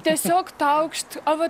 tiesiog taukšt o va